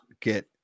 get